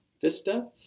vista